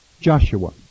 Joshua